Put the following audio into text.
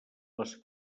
les